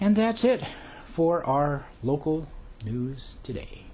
and that's it for our local news today